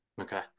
Okay